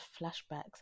flashbacks